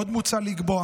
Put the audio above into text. עוד מוצע לקבוע